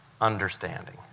understanding